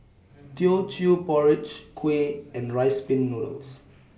Teochew Porridge Kuih and Rice Pin Noodles